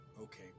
Okay